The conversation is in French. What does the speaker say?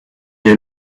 est